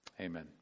amen